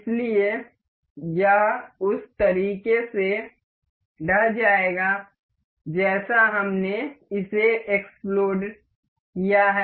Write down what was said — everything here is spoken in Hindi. इसलिए यह उस तरीके से ढह जाएगा जैसे हमने इसे एक्स्प्लोड किया है